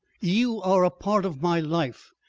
you are a part of my life,